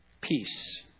peace